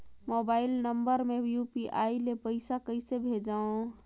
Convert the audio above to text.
Mobile number मे UPI ले पइसा कइसे भेजवं?